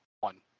One